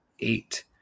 Eight